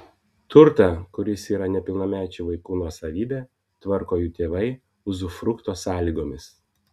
turtą kuris yra nepilnamečių vaikų nuosavybė tvarko jų tėvai uzufrukto sąlygomis